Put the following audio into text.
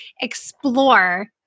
explore